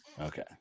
Okay